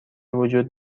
وجود